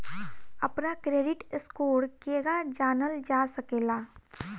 अपना credit score केगा जानल जा सकेला?